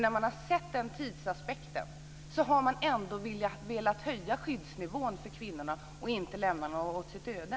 När man har sett vilken tidsaspekt som har gällt har man velat höja skyddsnivån och inte lämna någon åt sitt öde.